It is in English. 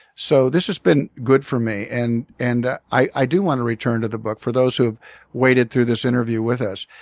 so this has been good for me. and and i do want to return for the book, for those who have waited through this interview with us.